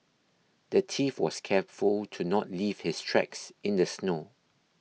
the thief was careful to not leave his tracks in the snow